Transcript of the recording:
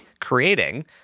creating